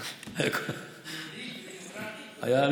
יהודית ודמוקרטית,